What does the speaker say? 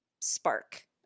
spark